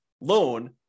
loan